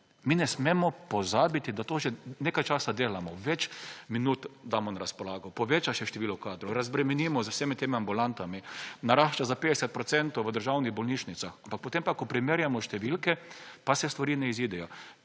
mi ne smemo pozabiti, da to že nekaj časa delamo. Več minut damo na razpolago, poveča se število kadrov, razbremenimo z vsemi temi ambulantami, narašča za 50 % v državnih bolnišnicah. Ampak potem pa, ko primerjamo številke, pa se stvari ne izidejo.